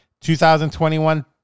2021